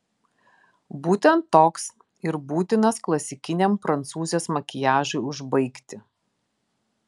būtent toks ir būtinas klasikiniam prancūzės makiažui užbaigti